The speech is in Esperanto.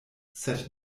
sed